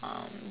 um